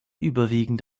überwiegend